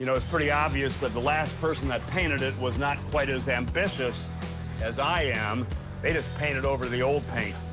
you know it's pretty obvious that the last person that painted it was not quite as ambitious as i am. they just painted over the old paint.